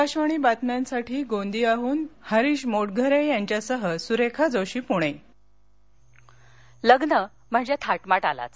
आकाशवाणी बातम्यांसाठी गोंदियाहून हरिष मो झिरे यांच्यासह सुरेखा जोशी पुणे शेतात लग्न लग्न म्हणजथ्राटमाट आलाच